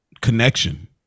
connection